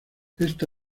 esta